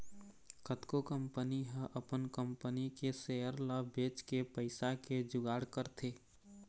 कतको कंपनी ह अपन कंपनी के सेयर ल बेचके पइसा के जुगाड़ करथे